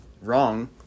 wrong